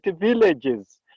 villages